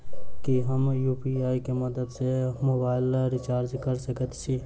की हम यु.पी.आई केँ मदद सँ मोबाइल रीचार्ज कऽ सकैत छी?